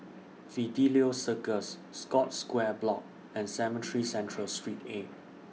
Fidelio Circus Scotts Square Block and Cemetry Central Street eight